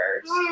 first